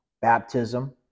Baptism